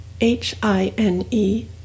H-I-N-E